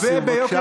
בבקשה.